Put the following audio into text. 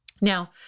Now